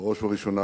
ובראש ובראשונה,